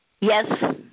Yes